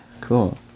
cool